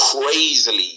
crazily